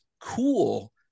cool